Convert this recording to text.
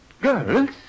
girls